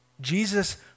Jesus